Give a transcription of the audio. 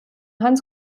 hans